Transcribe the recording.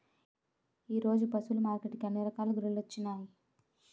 ఈరోజు పశువులు మార్కెట్టుకి అన్ని రకాల గొర్రెలొచ్చినాయ్